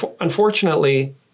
Unfortunately